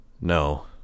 No